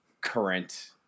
current